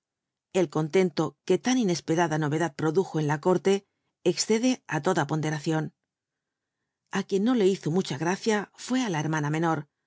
el con lenlo que lan inesperada norcdad ptodujo en a c írlc rxccdc it ocia ponderacion a r lti n no le hizo mucha gracia fué á la hermana menor